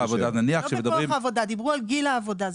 לא דיברו על כוח העבודה אלא על גיל העבודה.